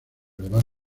elevar